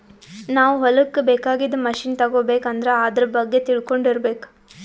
ನಾವ್ ಹೊಲಕ್ಕ್ ಬೇಕಾಗಿದ್ದ್ ಮಷಿನ್ ತಗೋಬೇಕ್ ಅಂದ್ರ ಆದ್ರ ಬಗ್ಗೆ ತಿಳ್ಕೊಂಡಿರ್ಬೇಕ್